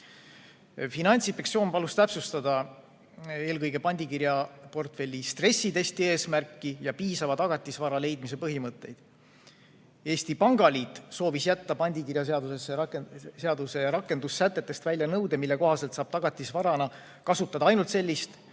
Finantsinspektsioon palus täpsustada eelkõige pandikirjaportfelli stressitesti eesmärki ja piisava tagatisvara leidmise põhimõtteid. Eesti Pangaliit soovis jätta pandikirjaseaduse rakendussätetest välja nõude, mille kohaselt saab tagatisvarana kasutada ainult sellist